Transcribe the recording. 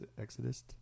Exodus